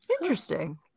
Interesting